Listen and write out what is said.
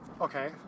Okay